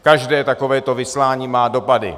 Každé takovéto vyslání má dopady.